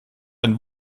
ein